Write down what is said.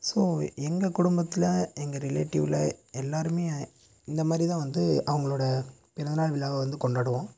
so எங்கள் குடும்பத்தில் எங்கள் ரிலேடிவில் எல்லோருமே இந்த மாதிரிதான் வந்து அவர்களோட பிறந்தநாள் விழாவை வந்து கொண்டாடுவோம்